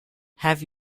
have